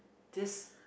this